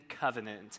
covenant